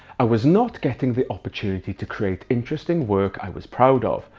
i was not getting the opportunity to create interesting work i was proud of,